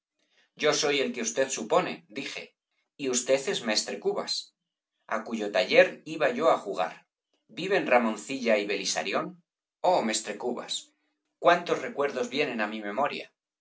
yo soy el que usted supone dije y usted es mestre cubas á cuyo taller iba yo á jugar viven ramoncilla y belisarión oh mestre cubas cuántos recuerdos vienen á b pérez galdós mi memoria